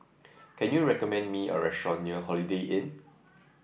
can you recommend me a restaurant near Holiday Inn